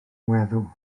weddw